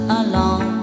alone